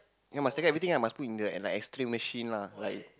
you know must take out everything lah must put in the like X Ray machine lah like